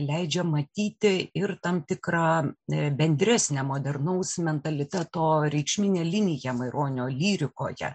leidžia matyti ir tam tikrą bendresnę modernaus mentaliteto reikšminę liniją maironio lyrikoje